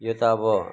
यो त अब